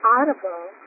Audible